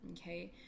Okay